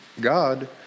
God